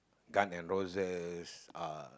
gun and roses